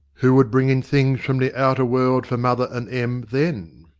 who would bring in things from the outer world for mother and em then?